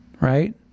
Right